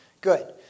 Good